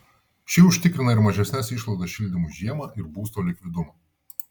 ši užtikrina ir mažesnes išlaidas šildymui žiemą ir būsto likvidumą